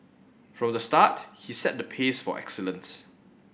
from the start he set the pace for excellence